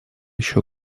еще